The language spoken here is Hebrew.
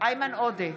איימן עודה,